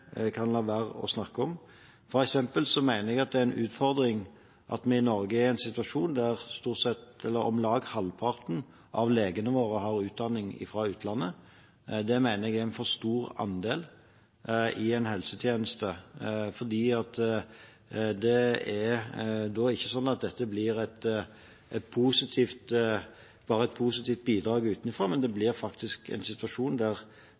kan la være å snakke om. For eksempel mener jeg det er en utfordring at vi i Norge er i en situasjon der om lag halvparten av legene våre har utdanning fra utlandet. Det mener jeg er en for stor andel i en helsetjeneste, for da blir ikke dette bare et positivt bidrag utenfra, men det blir faktisk en situasjon der